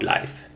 Life